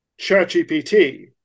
ChatGPT